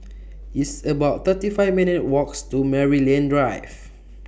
It's about thirty five minutes' Walks to Maryland Drive